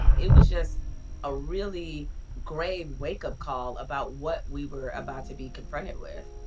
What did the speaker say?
it was just a really grave wakeup call about what we were about to be confronted with.